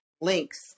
links